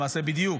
למעשה בדיוק,